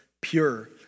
pure